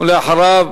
ואחריו,